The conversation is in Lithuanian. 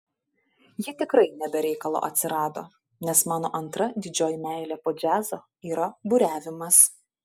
ji tikrai ne be reikalo atsirado nes mano antra didžioji meilė po džiazo yra buriavimas